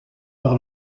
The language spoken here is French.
par